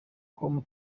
com